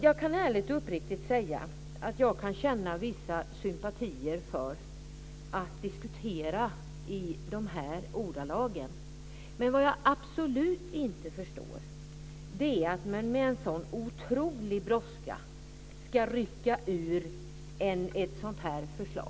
Jag kan ärligt och uppriktigt säga att jag kan känna vissa sympatier för att diskutera i de här ordalagen, men vad jag absolut inte förstår är att man med en så otrolig brådska ska rycka ut med ett sådant här förslag.